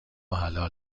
حلال